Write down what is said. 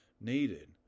needed